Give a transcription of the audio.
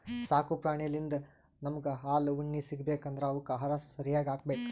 ಸಾಕು ಪ್ರಾಣಿಳಿಂದ್ ನಮ್ಗ್ ಹಾಲ್ ಉಣ್ಣಿ ಸಿಗ್ಬೇಕ್ ಅಂದ್ರ ಅವಕ್ಕ್ ಆಹಾರ ಸರ್ಯಾಗ್ ಹಾಕ್ಬೇಕ್